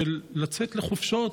לצאת לחופשות,